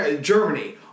Germany